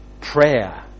prayer